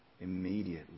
immediately